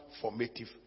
formative